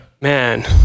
Man